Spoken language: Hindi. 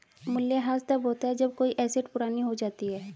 मूल्यह्रास तब होता है जब कोई एसेट पुरानी हो जाती है